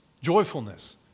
Joyfulness